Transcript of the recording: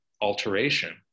alteration